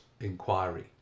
inquiry